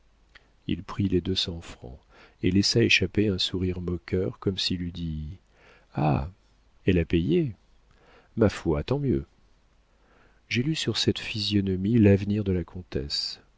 il prit les deux cents francs et laissa échapper un sourire moqueur comme s'il eût dit ha elle a payé ma foi tant mieux j'ai lu sur cette physionomie l'avenir de la comtesse